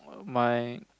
my